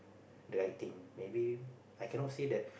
the right thing maybe I cannot say that